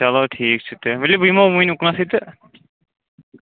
چلو ٹھیٖک چھُ کیٚنٛہہ ؤلِو بہٕ یِمہو وُنۍ اُکنتھٕے تہٕ